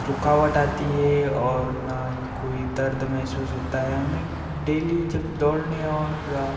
रुकावट आती है और ना ही कोई दर्द मेहसूस होता है मैं डेली जब दौड़ने और